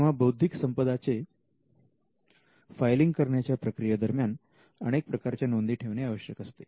तेव्हा बौद्धिक संपदा चे फायलिंग करण्याच्या प्रक्रिये दरम्यान अनेक प्रकारच्या नोंदी ठेवणे आवश्यक असते